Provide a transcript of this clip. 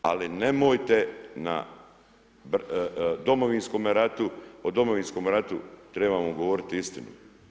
Ali nemojte na Domovinskome ratu, o Domovinskome ratu trebamo govoriti istinu.